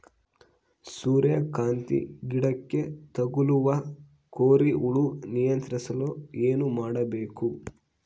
ಸೂರ್ಯಕಾಂತಿ ಗಿಡಕ್ಕೆ ತಗುಲುವ ಕೋರಿ ಹುಳು ನಿಯಂತ್ರಿಸಲು ಏನು ಮಾಡಬೇಕು?